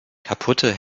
kaputte